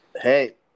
Hey